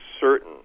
certain